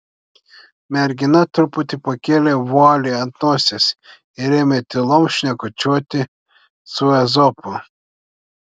mergina truputį pakėlė vualį ant nosies ir ėmė tylom šnekučiuoti su ezopu